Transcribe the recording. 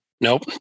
Nope